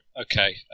Okay